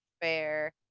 fair